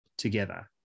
Together